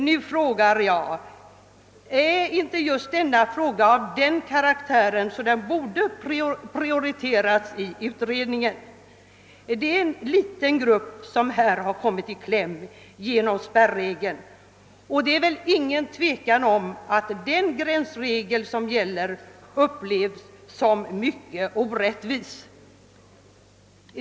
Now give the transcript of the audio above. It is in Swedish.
Nu frågar jag: Är inte just denna fråga av den karaktären att den borde prioriteras i utredningen? Det är en liten grupp som har kommit i kläm genom spärregeln, och det råder väl ingen tvekan om att den gränsregel som finns upplevs som mycket orättvis.